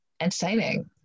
entertaining